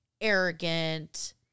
arrogant